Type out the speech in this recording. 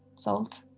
salt.